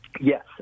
Yes